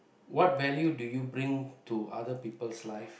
what value do you bring to other people's life